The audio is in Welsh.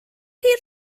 chi